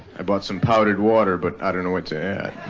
i bought some powdered water but i don't know what to add.